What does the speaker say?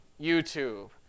YouTube